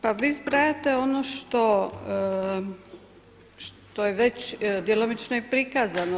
Pa vi zbrajate ono što je već djelomično i prikazano.